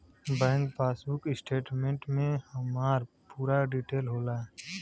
bank passbook statement में हमार पूरा डिटेल होला